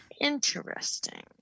Interesting